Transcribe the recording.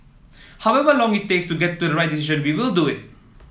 however long it takes to get to the right decision we will do it